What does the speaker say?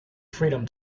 freedom